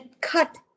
cut